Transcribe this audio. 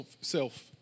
self